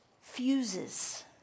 fuses